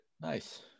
Nice